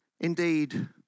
Indeed